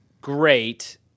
great